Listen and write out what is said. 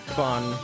fun